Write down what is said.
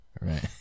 Right